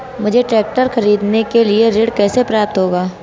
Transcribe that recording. मुझे ट्रैक्टर खरीदने के लिए ऋण कैसे प्राप्त होगा?